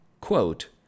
quote